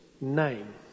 name